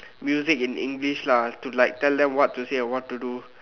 music in English lah to like tell them what to say or what to do